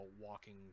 walking